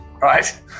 right